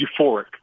euphoric